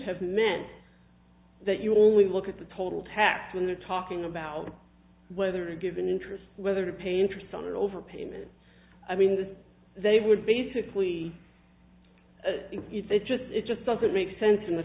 have meant that you only look at the total tax when they're talking about whether a given interest whether to pay interest on an overpayment i mean they would basically it just it just doesn't make sense in the